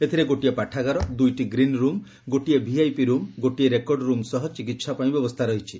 ଏଥିରେ ଗୋଟିଏ ପାଠାଗାର ଦୁଇଟି ଗ୍ରୀନ ରୁମ୍ ଗୋଟିଏ ଭିଆଇପି ରୁମ୍ ଗୋଟିଏ ରେକର୍ଡରୁମ ସହ ଚିକିହା ପାଇଁ ବ୍ୟବସ୍କା ରହିଛି